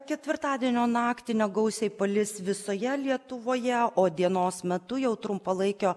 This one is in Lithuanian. ketvirtadienio naktį negausiai palis visoje lietuvoje o dienos metu jau trumpalaikio